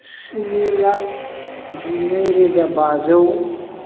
सिनि लाख जिनैरोजा बाजौ